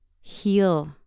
heal